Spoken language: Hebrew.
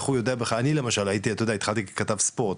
אני התחלתי למשל ככתב ספורט,